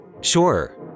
Sure